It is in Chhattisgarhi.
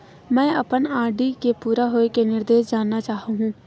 मैं अपन आर.डी के पूरा होये के निर्देश जानना चाहहु